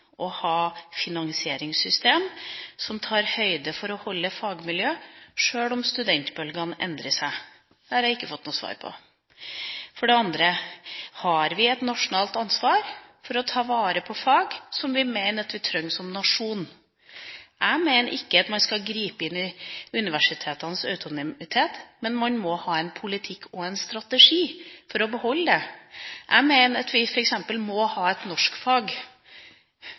å ha finansieringssystem som tar høyde for å holde fagmiljø, sjøl om studentbølgene endrer seg? Det har jeg ikke fått noe svar på. For det andre: Har vi et nasjonalt ansvar for å ta vare på fag som vi mener at vi trenger som nasjon? Jeg mener ikke at man skal gripe inn i universitetenes autonomi, men man må ha en politikk og en strategi for å beholde den. Jeg mener at vi f.eks. må ha et